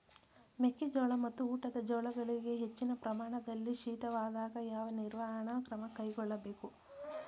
ಮೆಕ್ಕೆ ಜೋಳ ಮತ್ತು ಊಟದ ಜೋಳಗಳಿಗೆ ಹೆಚ್ಚಿನ ಪ್ರಮಾಣದಲ್ಲಿ ಶೀತವಾದಾಗ, ಯಾವ ನಿರ್ವಹಣಾ ಕ್ರಮ ಕೈಗೊಳ್ಳಬೇಕು?